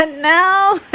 ah now.